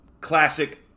Classic